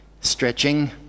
stretching